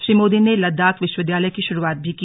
श्री मोदी ने लद्दाख विश्वविद्यालय की शुरूआत भी की